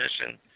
mission